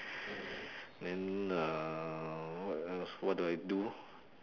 then uh what else what do I do